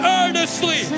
earnestly